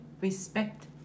respect